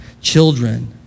Children